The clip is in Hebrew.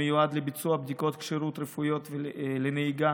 המיועד לביצוע בדיקות כשירות רפואיות לנהיגה